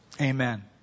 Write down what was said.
amen